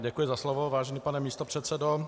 Děkuji za slovo, vážený pane místopředsedo.